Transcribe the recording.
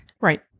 Right